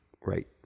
right